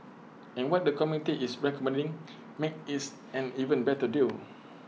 and what the committee is recommending makes its an even better deal